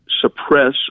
suppress